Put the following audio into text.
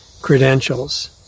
credentials